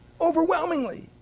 Overwhelmingly